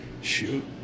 Shoot